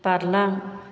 बारलां